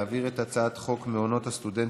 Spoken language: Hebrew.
להעביר את הצעת החוק מעונות הסטודנטים,